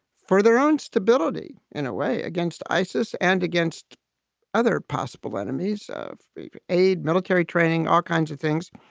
for their own stability in a way against isis and against other possible enemies of aid, military training, all kinds of things.